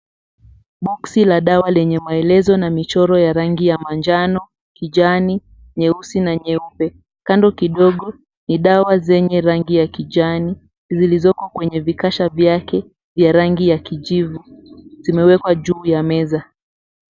Boxi la dawa lenye maelezo na michoro ya rangi ya manjano, kijani, nyeusi na nyeupe. Kando kidogo ni dawa zenye rangi ya kijani, zilizoko kwenye vikasha vyake vya rangi ya kijivu. Vimewekwa juu ya meza.